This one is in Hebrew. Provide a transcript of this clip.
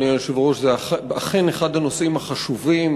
זה אכן אחד הנושאים החשובים,